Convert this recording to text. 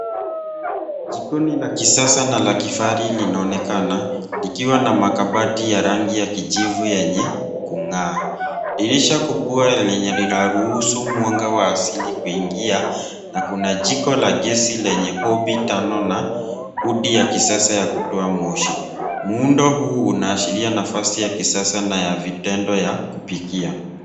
Jikoni la kisasa na la kifahari linaonekana likiwa na makabati ya rangi ya kijivu yenye kung'aa. Dirisha kubwa lenye linaruhusu mwanga wa asili kuingia na kuna jiko la gesi lenye hobi tano na hoodie ya kisasa ya kutoa moshi. Muundo huu unaashiria nafasi ya kisasa na ya vitendo ya kupikia.